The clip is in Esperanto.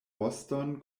voston